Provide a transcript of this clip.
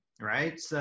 right